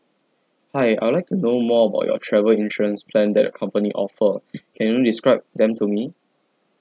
hi I would like to know more about your travel insurance plan that your company offer can you describe them to me